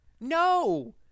no